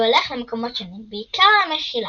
והולך למקומות שונים – בעיקר ל"מחילה",